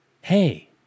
Hey